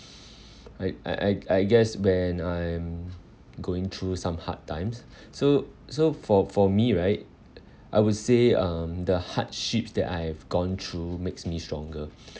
I I I I guess when I'm going through some hard times so so for for me right I would say um the hardships that I've gone through makes me stronger